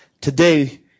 Today